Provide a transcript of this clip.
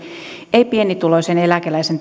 ei pienituloisen eläkeläisen